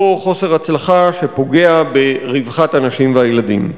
אותו חוסר הצלחה שפוגע ברווחת הנשים והילדים.